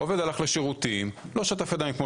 העובד הלך לשירותים, לא שטף ידיים כמו